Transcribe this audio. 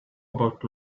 about